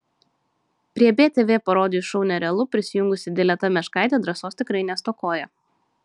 prie btv parodijų šou nerealu prisijungusi dileta meškaitė drąsos tikrai nestokoja